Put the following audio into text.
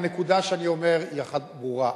הנקודה שאני אומר היא אחת ברורה: